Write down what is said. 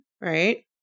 Right